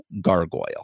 gargoyle